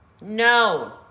no